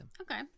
Okay